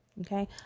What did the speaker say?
Okay